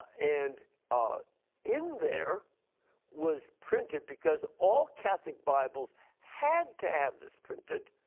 and ah in there was printed because all catholic bibles had to have this printed,